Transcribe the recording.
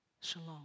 shalom